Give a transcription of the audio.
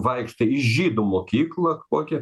vaikštai į žydų mokyklą kokią